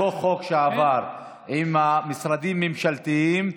אותו חוק שעבר עם המשרדים הממשלתיים,